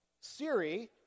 Siri